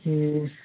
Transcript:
ए